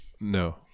no